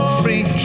free